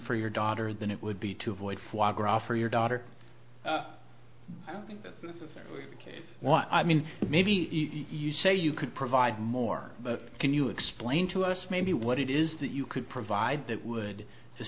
for your daughter than it would be to avoid flogger offer your daughter i don't think that's necessarily the case what i mean maybe even say you could provide more but can you explain to us maybe what it is that you could provide that would to